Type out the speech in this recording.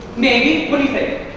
maybe, what do you think?